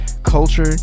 culture